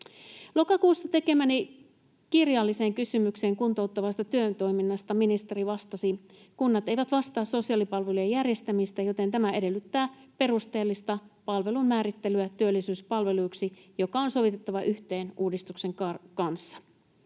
Lokakuussa tekemääni kirjalliseen kysymykseen kuntouttavasta työtoiminnasta ministeri vastasi: ”Kunnat eivät vastaa sosiaalipalvelujen järjestämisestä, joten tämä edellyttää perusteellista palvelun määrittelyä työllisyyspalveluksi, joka on sovitettava yhteen uudistuksen kanssa.”